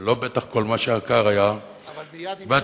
ולא בטוח שכל מה שיקר היה, והתפיסה,